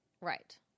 Right